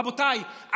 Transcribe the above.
רבותיי,